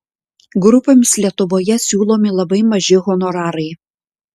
grupėms lietuvoje siūlomi labai maži honorarai